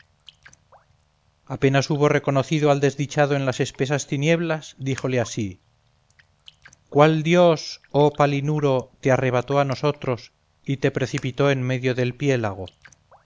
olas apenas hubo reconocido al desdichado en las espesas tinieblas díjole así cuál dios oh palinuro te arrebató a nosotros y te precipitó en medio del piélago